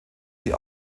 die